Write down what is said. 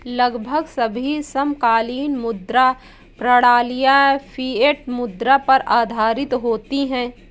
लगभग सभी समकालीन मुद्रा प्रणालियाँ फ़िएट मुद्रा पर आधारित होती हैं